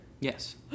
Yes